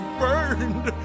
burned